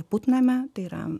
putname tai yra